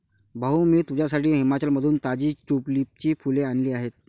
भाऊ, मी तुझ्यासाठी हिमाचलमधून ताजी ट्यूलिपची फुले आणली आहेत